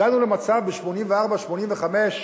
הגענו למצב, ב-1984 1985,